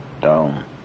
down